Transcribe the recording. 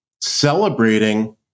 celebrating